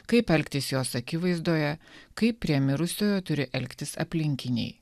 kaip elgtis jos akivaizdoje kaip prie mirusiojo turi elgtis aplinkiniai